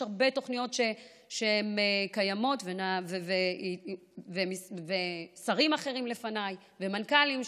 יש הרבה תוכניות קיימות ששרים אחרים לפניי ומנכ"לים,